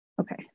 Okay